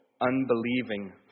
unbelieving